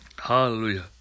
Hallelujah